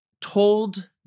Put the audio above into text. told